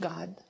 God